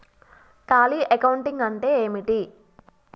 Tally accounting అంటే ఏమిటి?